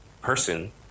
person